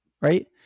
Right